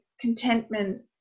contentment